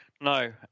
No